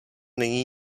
není